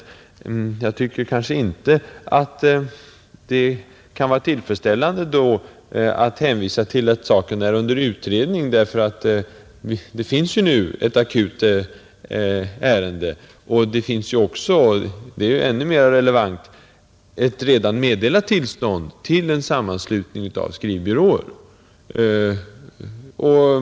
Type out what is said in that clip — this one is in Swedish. Men jag tycker inte att det är tillfredsställande att inrikesministern hänvisar till att frågan är under utredning; vi har här en akut situation, och det har också redan meddelats tillstånd till en sammanslutning av skrivbyråer.